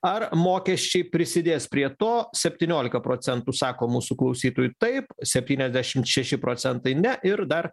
ar mokesčiai prisidės prie to septyniolika procentų sako mūsų klausytojų taip septyniasdešimt šeši procentai ne ir dar